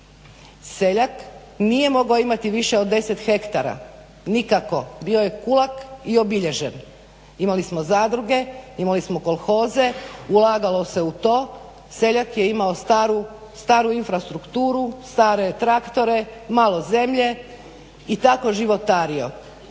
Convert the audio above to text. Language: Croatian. Seljak nije mogao imati više od 10 ha nikako, bio je kulak i obilježen. Imali smo zadruge, imali smo kolhoze, ulagalo se u to. Seljak je imao staru infrastrukturu, stare traktore, malo zemlje i tako životario.